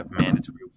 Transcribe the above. mandatory